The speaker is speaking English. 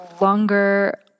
longer